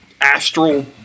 Astral